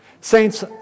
Saints